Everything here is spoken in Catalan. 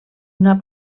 una